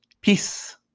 Peace